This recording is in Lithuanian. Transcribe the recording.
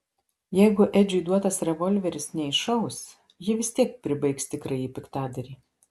jeigu edžiui duotas revolveris neiššaus ji vis tiek pribaigs tikrąjį piktadarį